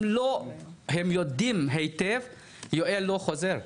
הם יודעים היטב שיואל לא חוזר.